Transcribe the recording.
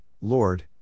Lord